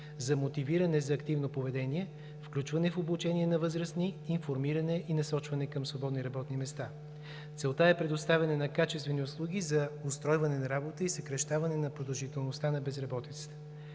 за мотивиране за активно поведение, включване в обучение на възрастни, информиране и насочване към свободни работни места. Целта е предоставяне на качествени услуги за устройване на работа и съкращаване на продължителността на безработицата.